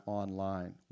online